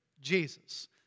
Jesus